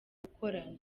gukorana